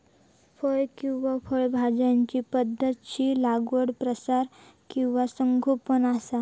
फळ किंवा फळझाडांची पध्दतशीर लागवड प्रसार किंवा संगोपन असा